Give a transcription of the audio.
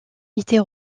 était